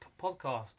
podcast